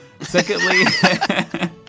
Secondly